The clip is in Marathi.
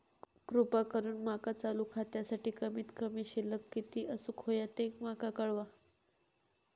कृपा करून माका चालू खात्यासाठी कमित कमी शिल्लक किती असूक होया ते माका कळवा